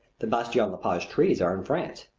the bastien-lepage trees are in france.